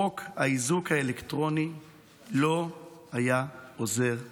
חוק האיזוק האלקטרוני לא היה עוזר להן.